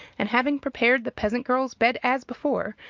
and having prepared the peasant girl's bed as before,